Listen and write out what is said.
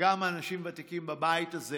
וגם אנשים ותיקים בבית הזה